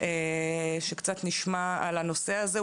כדי שקצת נשמע על הנושא הזה.